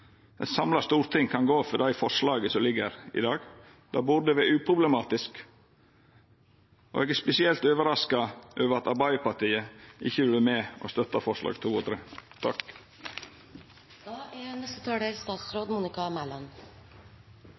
eit samla storting kan gå for dei forslaga som ligg her i dag. Det burde vera uproblematisk, og eg er spesielt overraska over at Arbeidarpartiet ikkje vil vera med og støtta forslaga nr. 2 og